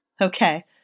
Okay